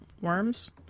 worms